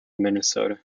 minnesota